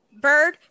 Bird